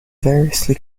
variously